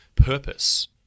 purpose